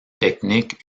techniques